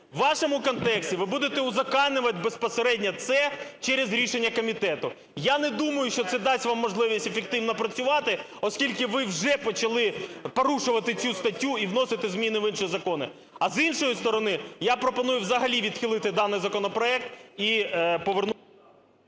В вашому контексті ви будете узаконювати безпосередньо це через рішення комітету. Я не думаю, що це дасть вам можливість ефективно працювати, оскільки ви вже почали порушувати цю статтю і вносити зміни в інші закони. А, з іншої сторони, я пропоную взагалі відхилити даний законопроект і… ГОЛОВУЮЧИЙ.